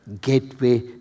gateway